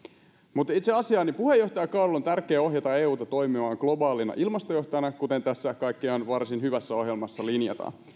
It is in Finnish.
mutta itse asiaan puheenjohtajakaudella on tärkeää ohjata euta toimimaan globaalina ilmastojohtajana kuten tässä kaikkiaan varsin hyvässä ohjelmassa linjataan